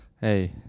Hey